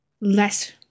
less